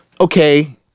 okay